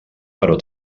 però